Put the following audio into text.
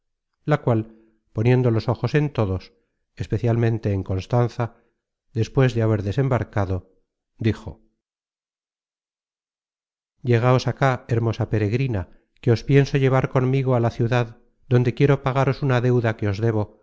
la cual poniendo los ojos en todos especialmente en constanza despues de haber desembarcado dijo llegáos acá hermosa peregrina que os pienso llevar conmigo á la ciudad donde quiero pagaros una deuda que os debo